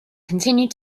continue